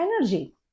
energy